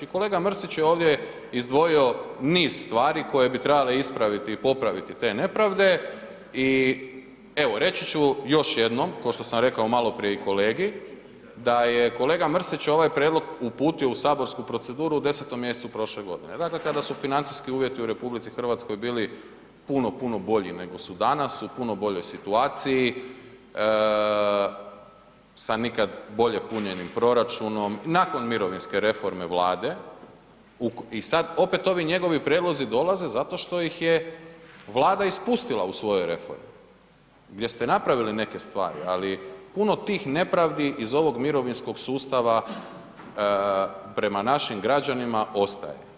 Kolega Mrsić je ovdje izdvojio niz stvari koje bi trebale ispraviti i popraviti te nepravde i evo reći ću još jednom, ko što sam rekao maloprije i kolegi da je kolega Mrsić ovaj prijedlog uputio u saborsku proceduru u 10. mjesecu prošle godine, dakle kada su financijski uvjeti u RH bili puno, puno bolji nego su danas, u puno boljoj situaciju sa nikad boje punjenim proračunom nakon mirovinske reforme Vlade i sad opet ovi njegovi prijedlozi dolaze zato što ih je Vlada ispustila u svojoj reformi gdje ste napravili neke stvari ali puno tih nepravdi iz ovog mirovinskog sustava prema našim građanima ostaje.